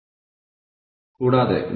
അതിനാൽ നമ്മൾ റിസോഴ്സുകളായി സ്വീകരിച്ചതെന്തും